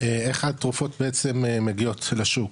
איך התרופות בעצם מגיעות לשוק,